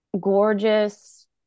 gorgeous